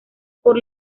por